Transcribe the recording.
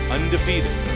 Undefeated